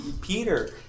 Peter